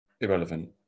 Irrelevant